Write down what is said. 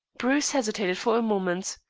bruce hesitated for a moment.